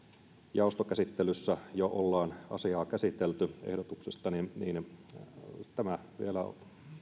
jaostokäsittelyssä jo ollaan asiaa käsitelty ehdotuksesta niin tämä vielä